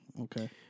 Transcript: Okay